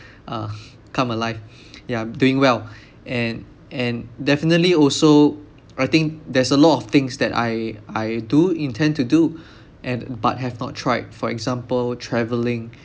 uh come alive ya doing well and and definitely also I think there's a lot of things that I I do intend to do and but have not tried for example travelling